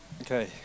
Okay